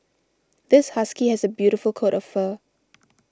this husky has a beautiful coat of fur